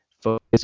focus